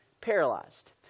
paralyzed